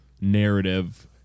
narrative